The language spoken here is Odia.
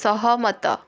ସହମତ